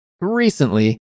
recently